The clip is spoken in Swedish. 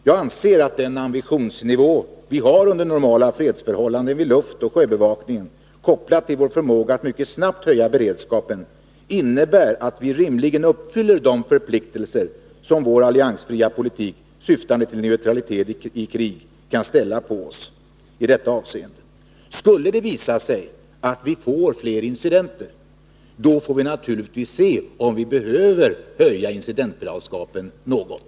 Jag anser att den ambitionsnivå vi har under normala fredsförhållanden vid luftoch sjöbevakningen — kopplad till vår förmåga att mycket snabbt höja beredskapen — innebär att vi rimligen uppfyller de förpliktelser som vår alliansfria politik, syftande till neutralitet i krig, kan ställa på oss i detta avseende. Skulle det visa sig att vi får fler incidenter, får vi naturligtvis se om vi behöver höja incidentberedskapen något.